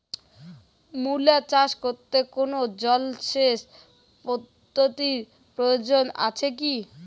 মূলা চাষ করতে কোনো জলসেচ পদ্ধতির প্রয়োজন আছে কী?